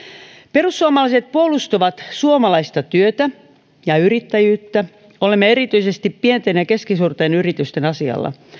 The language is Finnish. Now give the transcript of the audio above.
perussuomalaiset puolustavat suomalaista työtä ja yrittäjyyttä olemme erityisesti pienten ja keskisuurten yritysten asialla